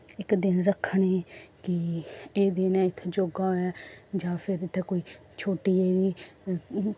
इक दिन रक्खन एह् कि एह् दिन इत्थें योग होऐ जां फिर इत्थें कोई छोटे जेह्